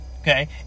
Okay